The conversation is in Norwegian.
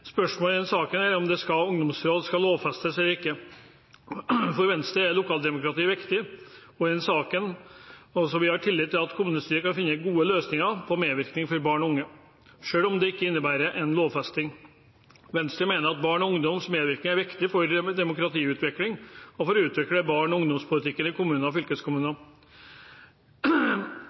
Spørsmålet i denne saken er om ungdomsråd skal lovfestes eller ikke. For Venstre er lokaldemokratiet viktig, og i denne saken har vi tillit til at kommunestyrene kan finne gode løsninger for medvirkning av barn og unge, selv om det ikke innebærer en lovfesting. Venstre mener barn og ungdoms medvirkning er viktig for demokratiutvikling og for å utvikle barne- og ungdomspolitikken i kommuner og fylkeskommuner.